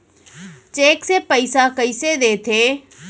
Cheque से पइसा कइसे देथे?